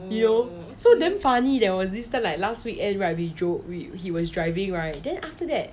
you know so damn funny that is this like last weekend right we dro~ we he was driving right then after that